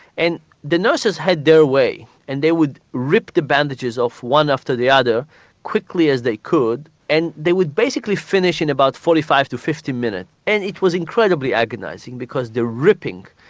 and the nurses had their way, and they would rip the bandages off one after the other quickly as they could and they would basically finish in about forty five to fifty minutes. and it was incredibly agonising because of the ripping.